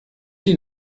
die